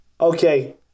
okay